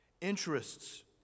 Interests